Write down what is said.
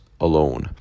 alone